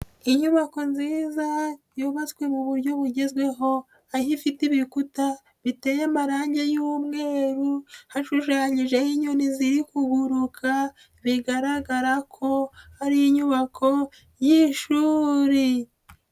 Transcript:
Inyubako nziza, yubatswe mu buryo bugezweho, aho ifite ibikuta, biteye amarangi y'umweru, ashushanyijeho inyoni ziri kuguruka, bigaragara ko ari inyubako y'ishuri.